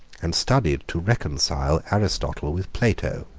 and studied to reconcile aristotle with plato,